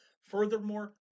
Furthermore